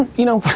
you know,